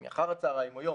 אם היא אחר הצוהריים או יום,